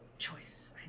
Choice